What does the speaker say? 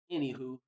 Anywho